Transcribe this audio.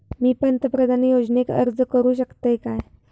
मी पंतप्रधान योजनेक अर्ज करू शकतय काय?